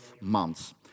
months